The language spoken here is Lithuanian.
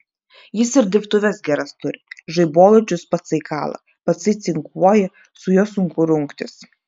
jis ir dirbtuves geras turi žaibolaidžius patsai kala patsai cinkuoja su juo sunku rungtis